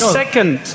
second